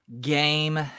game